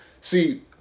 See